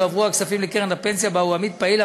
יועברו הכספים לקרן הפנסיה שבה הוא עמית פעיל.